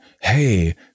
hey